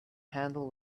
handle